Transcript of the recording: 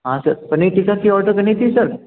हाँ सर पनीर टीक्का का ऑर्डर करना था सर